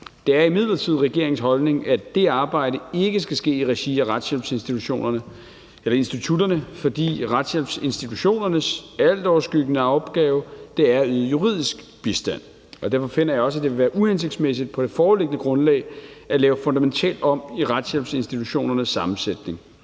Det er imidlertid regeringens holdning, at det arbejde ikke skal ske i regi af retshjælpsinstitutionerne, fordi retshjælpsinstitutionernes altoverskyggende opgave er at yde juridisk bistand. Derfor finder jeg også, at det vil være uhensigtsmæssigt på det foreliggende grundlag at lave fundamentalt om på retshjælpsinstitutionernes sammensætning.